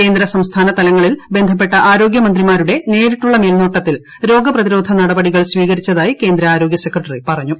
കേന്ദ്ര സംസ്ഥാന തലങ്ങളിൽ ബന്ധപ്പെട്ട ആരോഗ്യമന്ത്രിമാരുടെ നേരിട്ടുളള മേൽനോട്ടത്തിൽ രോഗ പ്രതിരോധ നടപടികൾ സ്വീകരിച്ചതായി കേന്ദ്ര ആരോഗ്യ സെക്രട്ടറി പറഞ്ഞു